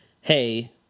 hey